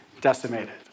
decimated